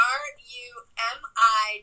r-u-m-i